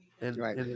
Right